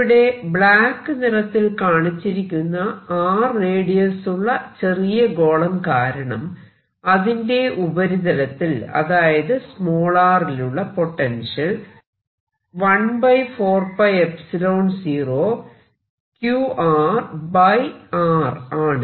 ഇവിടെ ബ്ലാക്ക് നിറത്തിൽ കാണിച്ചിരിക്കുന്ന r റേഡിയസുള്ള ചെറിയ ഗോളം കാരണം അതിന്റെ ഉപരിതലത്തിൽ അതായത് r ലുള്ള പൊട്ടെൻഷ്യൽ 140 Or ആണ്